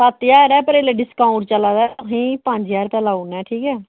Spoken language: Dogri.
सत्त ज्हार ऐ पर इसलै डिस्काउंट चला दा तुसें पंज ज्हार रपेया लाऊना ऐ ठीक ऐ